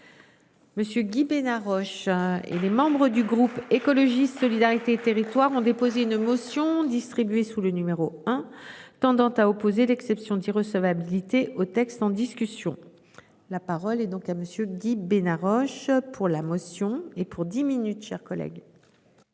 Monsieur Guy Bénard Rochat. Et les membres du groupe écologiste solidarité et territoires ont déposé une motion. Ont distribué sous le numéro 1 tendant à opposer l'exception d'irrecevabilité au texte, en discussion. La parole est donc à monsieur Guy Bénard Roche pour la motion et pour 10 minutes, chers collègues.